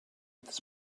this